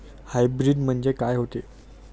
Hybrid म्हनजे का होते?